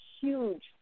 huge